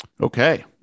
Okay